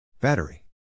Battery